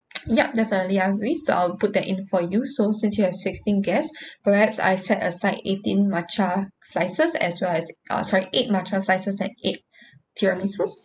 yup definitely no worries so I'll put that in for you so since you have sixteen guest perhaps I set aside eighteen matcha slices as well as uh sorry eight matcha slices and eight tiramisu